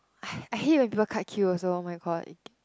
I I hate when people cut queue also oh my god